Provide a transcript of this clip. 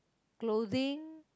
clothing